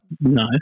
No